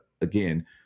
again